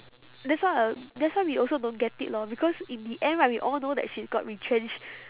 that's why I al~ that's why we also don't get it lor because in the end right we all know that she got retrenched